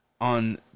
on